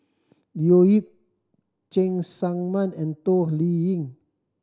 Leo Yip Cheng Tsang Man and Toh Liying